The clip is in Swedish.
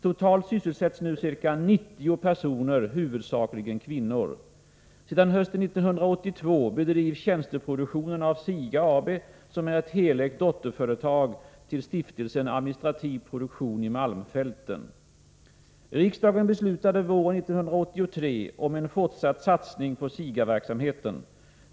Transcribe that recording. Totalt sysselsätts nu ca 90 personer, huvudsakligen kvinnor. Sedan hösten 1982 bedrivs tjänsteproduktionen av SIGA AB, som är ett helägt dotterbolag till Stiftelsen Administrativ produktion i malmfälten. Riksdagen beslutade våren 1983 om en fortsatt satsning på SIGA verksamheten.